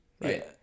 right